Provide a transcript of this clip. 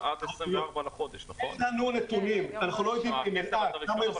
אנחנו לא יודעים כמה יצאו,